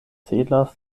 celas